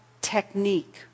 technique